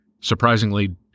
surprisingly